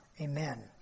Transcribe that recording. amen